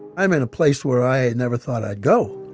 i'm in a place where i never thought i'd go.